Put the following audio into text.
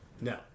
no